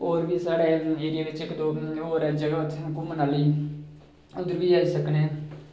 होर बी साढ़े एरिया बिच्च इक दो जगह होर ऐ उत्थें जगह घूमनै आह्ली उद्धर बी जाई सकनें